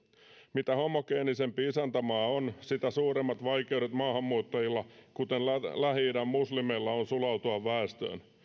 mitä homogeenisempi isäntämaa on sitä suuremmat vaikeudet maahanmuuttajilla kuten lähi idän muslimeilla on sulautua väestöön